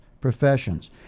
professions